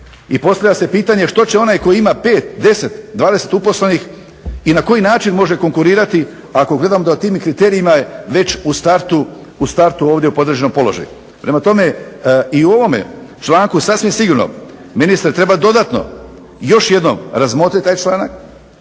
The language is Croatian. I postavlja se pitanje što će onaj koji ima 5, 10, 20 uposlenih i na koji način može konkurirati ako gledam da tim kriterijima je već u startu ovdje u podređenom položaju. Prema tome, i u ovome članku sasvim sigurno ministre treba dodatno, još jednom razmotriti taj članak,